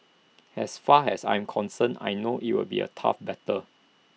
as far as I'm concerned I know IT will be A tough battle